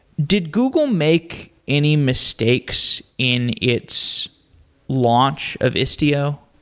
did google make any mistakes in its launch of istio?